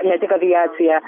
ne tik aviaciją